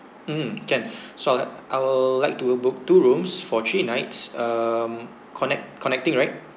mm can so I'd like I will like to uh book two rooms for three nights um connect connecting right